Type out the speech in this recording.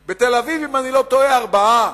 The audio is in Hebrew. בתל-אביב, אם אני לא טועה, ארבעה.